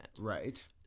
Right